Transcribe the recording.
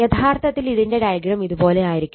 യഥാർത്ഥത്തിൽ ഇതിന്റെ ഡയഗ്രം ഇതുപോലെ ആയിരിക്കും